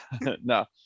no